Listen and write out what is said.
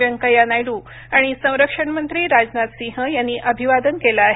व्यंकय्या नायडू आणि संरक्षण मंत्री राजनाथ सिंह यांनी अभिवादन केलं आहे